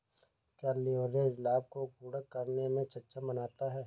क्या लिवरेज लाभ को गुणक करने में सक्षम बनाता है?